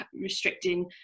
restricting